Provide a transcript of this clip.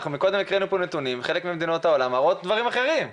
הקראנו קודם נתונים וחלק ממדינות העולם מראות דברים אחרים.